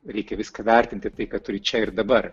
reikia viską vertinti tai ką turi čia ir dabar